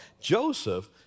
Joseph